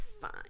fine